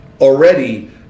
already